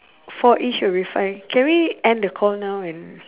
for each a refund can we end the call now and